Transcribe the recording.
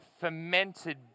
fermented